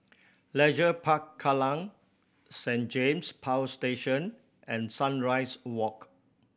Leisure Park Kallang Saint James Power Station and Sunrise Walk